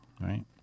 right